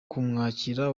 kumwakira